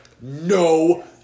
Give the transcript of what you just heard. no